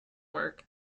work